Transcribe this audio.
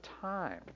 time